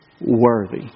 worthy